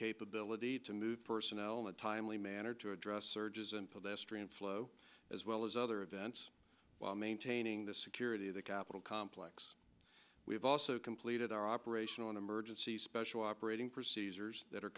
capability to move personnel in a timely manner to address surges and pedestrian flow as well as other events while maintaining the security of the capitol complex we have also completed our operational emergency special operating procedures that are